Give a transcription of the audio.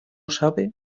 sabe